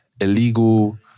illegal